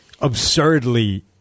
absurdly